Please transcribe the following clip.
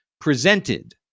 presented